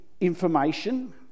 information